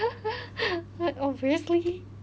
obviously